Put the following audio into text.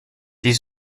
die